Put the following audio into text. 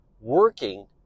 working